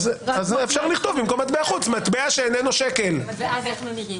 אפשר לכתוב מטבע שאיננו שקל, במקום מטבע חוץ.